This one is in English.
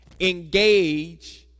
engage